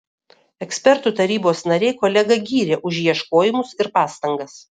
ekspertų tarybos nariai kolegą gyrė už ieškojimus ir pastangas